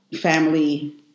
family